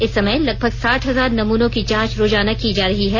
इस समय लगभग साठ हजार नमूनों की जांच रोजाना की जा रही है